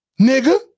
nigga